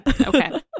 okay